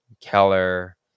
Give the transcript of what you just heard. Keller